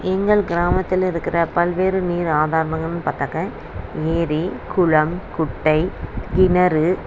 எங்கள் கிராமத்தில் இருக்கிற பல்வேறு நீர் ஆதாரங்கள்ன்னு பார்த்தாக்கா ஏறி குளம் குட்டை கிணறு